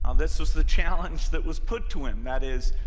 um this was the challenge that was put to him. that is,